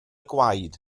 gwaed